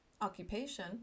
occupation